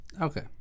Okay